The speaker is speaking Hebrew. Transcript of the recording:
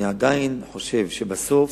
אני עדיין חושב שבסוף,